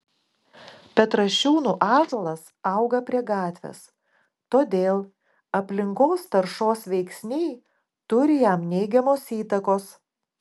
petrašiūnų ąžuolas auga prie gatvės todėl aplinkos taršos veiksniai turi jam neigiamos įtakos